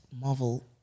Marvel